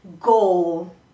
goal